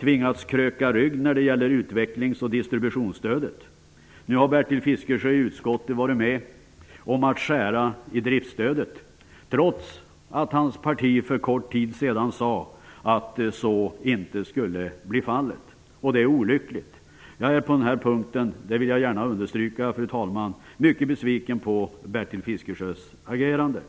tvingats att kröka rygg när det gäller utvecklings och distributionsstödet. Nu har Bertil Fiskesjö varit med i utskottet om att skära i driftsstödet, trots att hans parti för kort tid sedan sade att så inte skulle bli fallet. Det är olyckligt. Jag är på den här punkten -- det vill jag gärna understryka, fru talman -- mycket besviken på Bertil Fiskesjös agerande.